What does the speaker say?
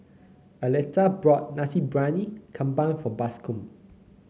Arletta bought Nasi Briyani Kambing for Bascom